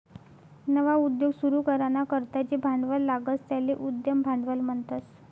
नवा उद्योग सुरू कराना करता जे भांडवल लागस त्याले उद्यम भांडवल म्हणतस